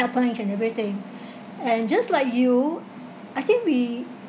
and everything and just like you I think we